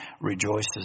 rejoices